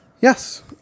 Yes